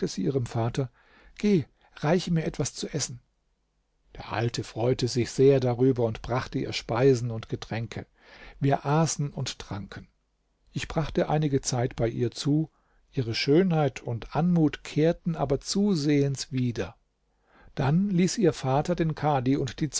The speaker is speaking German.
ihrem vater geh reiche mir etwas zu essen der alte freute sich sehr darüber und brachte ihr speisen und getränke wir aßen und tranken ich brachte einige zeit bei ihr zu ihre schönheit und anmut kehrten aber zusehends wieder dann ließ ihr vater den kadi und die